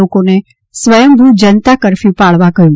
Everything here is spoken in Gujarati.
લોકોને સ્વયંભૂ જનતા કર્ફયુ પાળવા કહ્યું